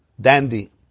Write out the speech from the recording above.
Dandy